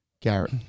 Garrett